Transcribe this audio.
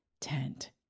tent